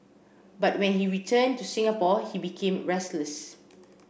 but when he returned to Singapore he became restless